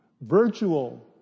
Virtual